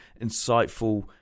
insightful